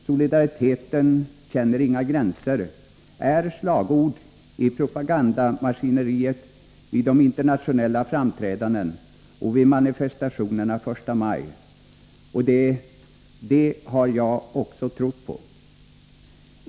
”Solidariteten känner inga gränser” är slagord i propagandamaskineriet vid internationella framträdanden och vid manifestationerna första maj, och det har också jag trott på.